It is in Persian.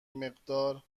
مقدار